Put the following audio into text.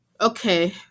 Okay